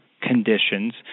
conditions